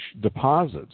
deposits